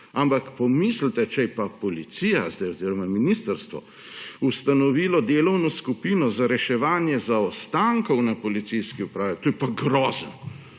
Ampak pomislite, če je pa policija oziroma ministrstvo ustanovilo delovno skupino za reševanje zaostankov na policijski upravi, to je pa grozno.